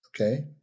okay